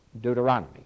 Deuteronomy